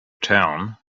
town